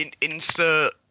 Insert